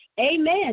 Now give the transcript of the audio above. Amen